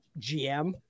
GM